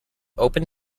open